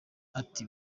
ati